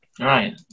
Right